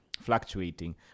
fluctuating